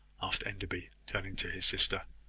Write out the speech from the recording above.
asked enderby, turning to his sister.